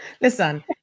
listen